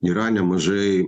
yra nemažai